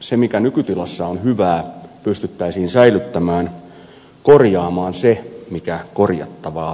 se mikä nykytilassa on hyvää pystyttäisiin säilyttämään korjaamaan se mikä korjattavaa vaatii